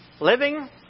living